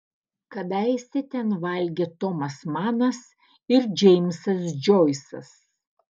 kadaise ten valgė tomas manas ir džeimsas džoisas